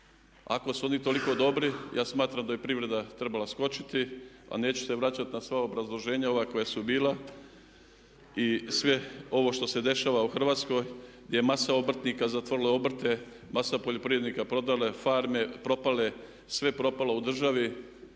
Ako su oni toliko dobri, ja mislim da je privreda trebala skočiti, a neću se vraćati na sva obrazloženja ova koja su bila i sve ovo što se dešava u Hrvatskoj, gdje je masa obrtnika zatvorila obrte, masa poljoprivrednika prodala farme, propale, sve propalo u državi